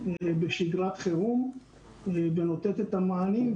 בשגרת חירום ונותנת את המענים.